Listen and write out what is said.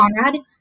Conrad